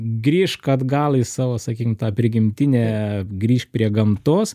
grįžk atgal į savo sakykim tą prigimtinę grįšk prie gamtos